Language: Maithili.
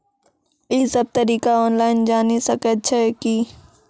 ई सब तरीका ऑनलाइन जानि सकैत छी?